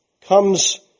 comes